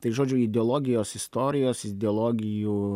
tai žodžiu ideologijos istorijos ideologijų